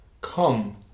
come